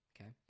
Okay